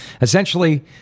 essentially